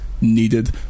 needed